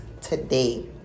today